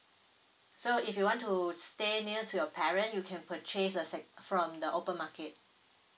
so if you want to stay near to your parent you can purchase a sec~ from the open market